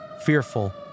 fearful